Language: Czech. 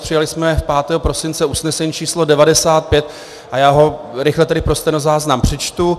Přijali jsme 5. prosince usnesení č. 95 a já ho rychle tedy pro stenozáznam přečtu.